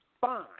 Fine